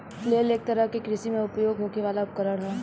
flail एक तरह के कृषि में उपयोग होखे वाला उपकरण ह